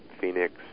Phoenix